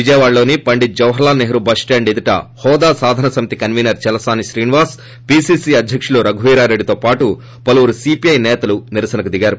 విజయవాడలోని జవహర్లాల్ సెహ్రూ బస్షాండ్ ఎదుట హోదా సాధన సమితి కన్వీనర్ చలసాని శ్రీనివాస్ పీసీసీ అధ్యకుడు రఘువీరారెడ్డితో పాటు పలువురు సీపీఐ సేతలు నిరసనకు దిగారు